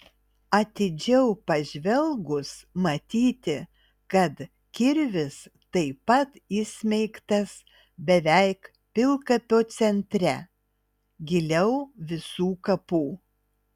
atidžiau pažvelgus matyti kad kirvis taip pat įsmeigtas beveik pilkapio centre giliau visų kapų